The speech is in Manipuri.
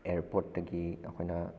ꯑꯦꯌꯥꯔꯄꯣꯔꯠꯇꯒꯤ ꯑꯩꯈꯣꯏꯅ